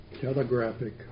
telegraphic